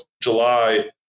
july